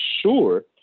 sure